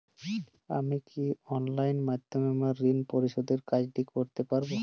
আমি কি অনলাইন মাধ্যমে আমার ঋণ পরিশোধের কাজটি করতে পারব?